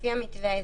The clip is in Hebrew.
לפי המתווה האזורי.